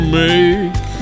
make